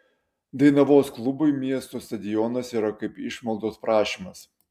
dainavos klubui miesto stadionas yra kaip išmaldos prašymas